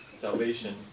Salvation